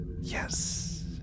Yes